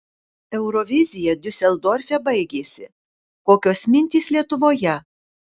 eurovizija diuseldorfe baigėsi kokios mintys lietuvoje